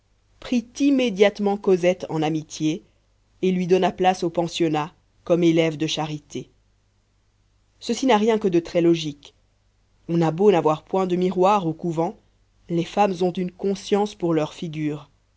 prit immédiatement cosette en amitié et lui donna place au pensionnat comme élève de charité ceci n'a rien que de très logique on a beau n'avoir point de miroir au couvent les femmes ont une conscience pour leur figure